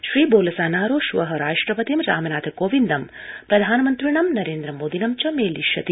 Shri Bolsonaro श्व राष्ट्रपतिं रामनाथकोविन्दं प्रधानमन्त्रिणं नरेन्द्रमोदिनं च मेलिष्यति